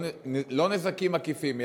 לא נזקים עקיפים,